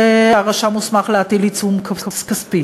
יהא הרשם מוסמך להטיל עיצום כספי.